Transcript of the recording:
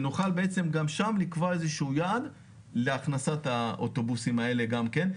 שנוכל גם שם לקבוע איזה שהוא יעד להכנסת האוטובוסים האלה גם כן,